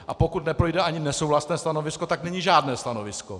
A pokud neprojde ani nesouhlasné stanovisko, tak není žádné stanovisko.